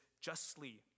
justly